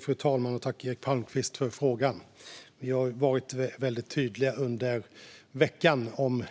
Fru talman! Jag tackar Eric Palmqvist för frågan. Vi har varit väldigt tydliga under veckan om